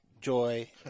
joy